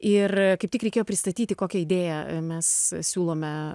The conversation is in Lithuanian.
ir kaip tik reikėjo pristatyti kokią idėją mes pasiūlome